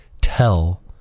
tell